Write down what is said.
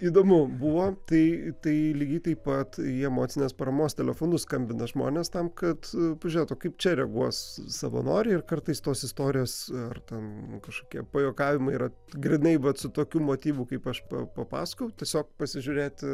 įdomu buvo tai tai lygiai taip pat į emocinės paramos telefonus skambina žmonės tam kad pažiūrėtų kaip čia reaguos savanoriai ir kartais tos istorijos ar ten kažkokie pajuokavimai yra grynai vat su tokiu motyvu kaip aš pa pasakojau tiesiog pasižiūrėti